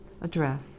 address